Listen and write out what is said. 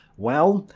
well,